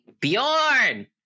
Bjorn